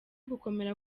gukomera